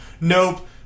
Nope